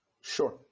Sure